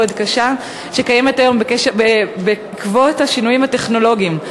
קשה שקיימת היום בעקבות השינויים הטכנולוגיים.